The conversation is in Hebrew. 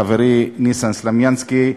חברי ניסן סלומינסקי.